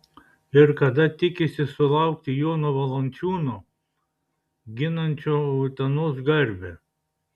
ir kada tikisi sulaukti jono valančiūno ginančio utenos garbę